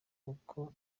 kuko